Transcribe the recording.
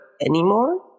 anymore